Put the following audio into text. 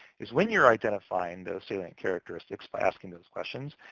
is when you're identifying those salient characteristics by asking those questions,